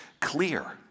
clear